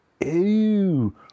Ew